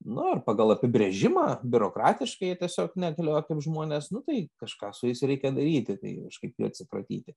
nu ir pagal apibrėžimą biurokratiškai jie tiesiog negalioja kaip žmonės nu tai kažką su jais reikia daryti tai kažkaip jų atsikratyti